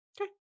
Okay